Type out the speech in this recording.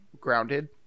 grounded